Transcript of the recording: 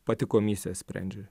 pati komisija sprendžia